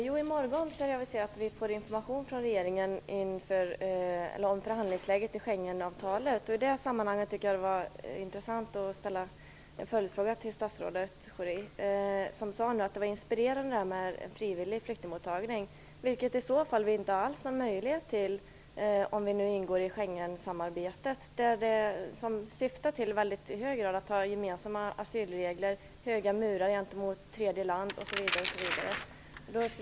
Fru talman! I morgon skall vi få information från regeringen om förhandlingsläget när det gäller Schengenavtalet. I det sammanhanget vore det intressant att ställa en följdfråga till statsrådet Schori. Han sade att det var inspirerande med en frivillig flyktingmottagning. Det kommer vi i så fall inte alls ha möjlighet till om vi går in i Schengensamarbetet som i hög grad syftar till gemensamma asylregler, bygga höga murar gentemot tredje land osv.